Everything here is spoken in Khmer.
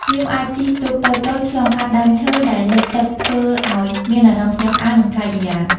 ភ្ញៀវអាចជិះទូកតូចៗឆ្លងកាត់ដើមឈើដែលលិចទឹកធ្វើអោយមានអារម្មណ៍ភ្ញាក់ផ្អើល និងប្លែកម្យ៉ាង។